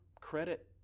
credit